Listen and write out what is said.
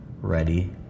ready